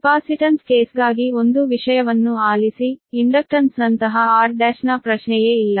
capacitance ಕೇಸ್ಗಾಗಿ ಒಂದು ವಿಷಯವನ್ನು ಆಲಿಸಿ ಇಂಡಕ್ಟನ್ಸ್ನಂತಹ r' ನ ಪ್ರಶ್ನೆಯೇ ಇಲ್ಲ